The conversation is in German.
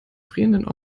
frierenden